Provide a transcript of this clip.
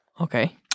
okay